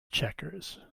checkers